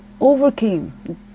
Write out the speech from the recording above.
overcame